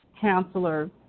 counselor